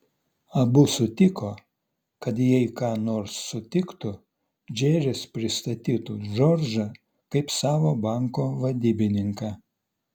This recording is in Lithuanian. abu sutiko kad jei ką nors sutiktų džeris pristatytų džordžą kaip savo banko vadybininką